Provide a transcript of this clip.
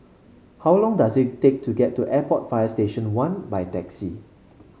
how long does it take to get to Airport Fire Station One by taxi